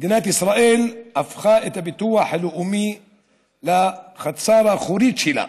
מדינת ישראל הפכה את הביטוח הלאומי לחצר האחורית שלה.